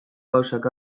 gauzak